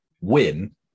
win